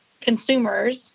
consumers